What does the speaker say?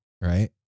Right